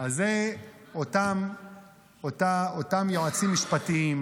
אז אלה אותם יועצים משפטיים,